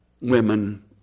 women